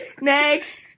Next